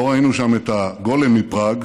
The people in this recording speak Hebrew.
לא ראינו שם את הגולם מפראג,